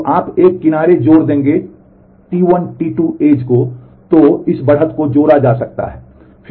तो आप एक किनारे जोड़ देंगे T1 T2 तो इस बढ़त को जोड़ा जाता है